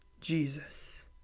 Jesus